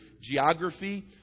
geography